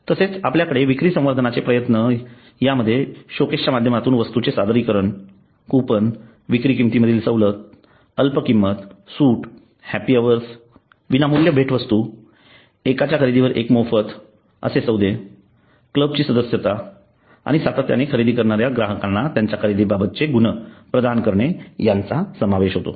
तसेच आपल्याकडे विक्री संवर्धनाचे प्रयत्न यामध्ये शोकेस च्या माध्यमातून वस्तूचे सादरीकरण कूपन विक्री किमतीमधील सवलत अल्प किंमत सूट हैप्पी अवर्स विनामूल्य भेटवस्तू एकाच्या खरेदीवर एक मोफत असे सौदे क्लब ची सदस्यता आणि सातत्याने खरेदी करणाऱ्या ग्राहकांना त्यांच्या खरेदीबाबतचे गुण प्रदान करणे यांचा समावेश होतो